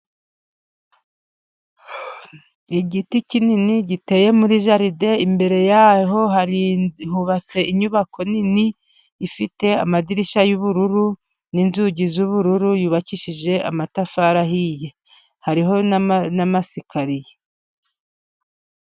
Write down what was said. Igiti kinini giteye muri jaride, imbere ya ho hubatse inyubako nini, ifite amadirishya y'ubururu, n'inzugi z'ubururu, yubakishije amatafari ahiye. Hariho n'amasikariye.